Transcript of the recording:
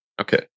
Okay